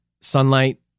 Sunlight